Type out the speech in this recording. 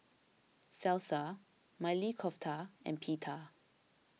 Salsa Maili Kofta and Pita